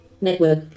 Network